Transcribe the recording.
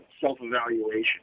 Self-evaluation